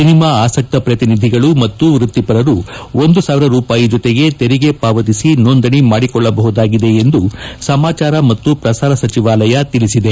cinema ಆಸಕ್ತ ಪ್ರತಿನಿಧಿಗಳು ಮತ್ತು ವ್ಯಕ್ತಿಪರರು ಒಂದು ಸಾವಿರ ರೂಪಾಯಿ ಜೊತೆಗೆ ತೆರಿಗೆ ಪಾವತಿಸಿ ನೋಂದಣಿ ಮಾಡಿಕೊಳ್ಳಬಹುದಾಗಿದೆ ಎಂದು ಸಮಾಚಾರ ಮತ್ತು ಪ್ರಸಾರ ಸಚಿವಾಲಯ ತಿಳಿಸಿದೆ